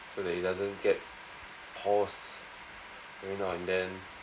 so that it doesn't get paused every now and then